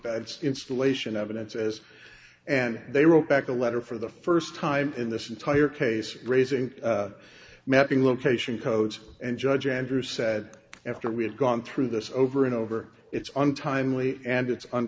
that's installation evidence as and they wrote back a letter for the first time in this entire case raising mapping location codes and judge andrew said after we had gone through this over and over it's untimely and it's